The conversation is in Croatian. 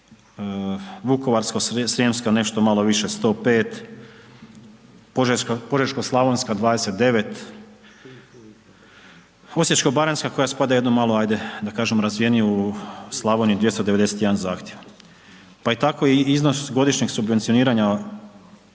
Vukovarsko-srijemska nešto malo više 105, Požeško-slavonska 29, Osječko-baranjska koja spada u jedno malo ajde da kažemo razvijeniju Slavoniju 291 zahtjev. Pa je tako i iznos godišnjeg subvencioniranja